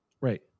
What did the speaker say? Right